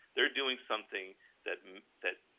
they are doing something that that